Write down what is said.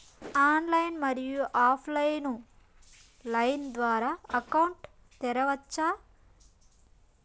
Online, మరియు off line line ద్వారా account తెరవచ్చా?